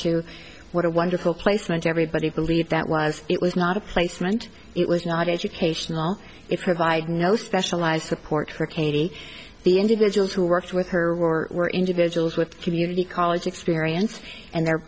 to what a wonderful place and everybody believed that was it was not a placement it was not educational it provide no specialized support for katie the individuals who worked with her or were individuals with community college experience and they're